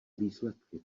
výsledky